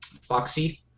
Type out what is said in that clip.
Foxy